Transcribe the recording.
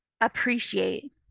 appreciate